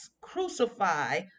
crucify